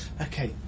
Okay